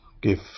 give